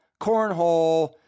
cornhole